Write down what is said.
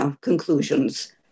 conclusions